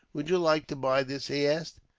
would you like to buy this? he asked.